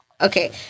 Okay